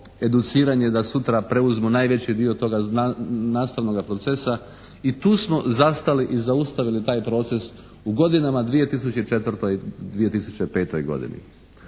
educiranje da sutra preuzmu najveći dio toga nastavnoga procesa i tu smo zastali i zaustavili taj proces u godinama 2004. i 2005. godini.